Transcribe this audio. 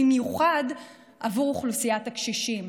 במיוחד עבור אוכלוסיית הקשישים.